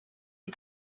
les